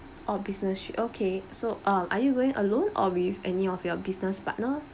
oh business trip okay so um are you going alone or with any of your business partner